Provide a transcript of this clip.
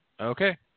Okay